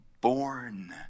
born